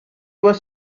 was